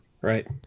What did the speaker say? right